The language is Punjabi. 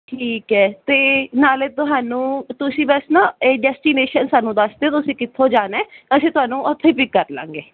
ਠੀਕ ਐ ਤੇ ਨਾਲੇ ਤੁਹਾਨੂੰ ਤੁਸੀਂ ਬਸ ਨਾ ਇਹ ਡੈਸਟੀਨੇਸ਼ਨ ਸਾਨੂੰ ਦੱਸਦੇ ਤੁਸੀਂ ਕਿੱਥੋਂ ਜਾਣਾ ਅਸੀਂ ਤੁਹਾਨੂੰ ਉਥੇ ਵੀ ਕਰ ਲਾਂਗੇ